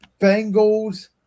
Bengals